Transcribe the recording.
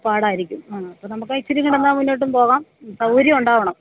പാടായിരിക്കും ആണോ അപ്പോൾ നമുക്ക് ഇച്ചിരി ടൗണിലോട്ടും പോകാം സൗകര്യമുണ്ടാകണം